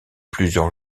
plusieurs